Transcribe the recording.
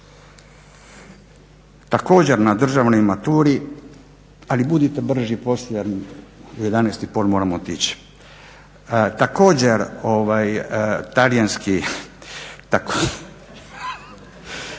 također na državnoj maturi ali budite brži poslije jer u 11 i pol moram otići. Također, na državnoj maturi